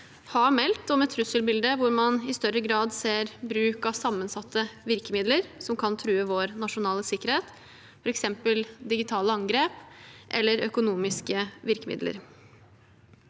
har meldt om et trusselbilde der man i større grad ser bruk av sammensatte virkemidler som kan true vår nasjonale sikkerhet, f.eks. digitale angrep eller økonomiske virkemidler.